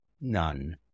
None